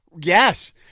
Yes